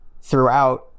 throughout